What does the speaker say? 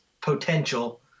potential